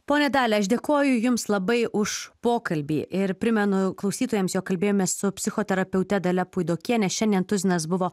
ponia dalia aš dėkoju jums labai už pokalbį ir primenu klausytojams jog kalbėjomės su psichoterapeute dalia puidokiene šiandien tuzinas buvo